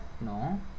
no